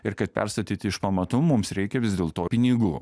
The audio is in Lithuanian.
ir kad perstatyt iš pamatų mums reikia vis dėl to pinigų